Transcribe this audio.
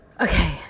okay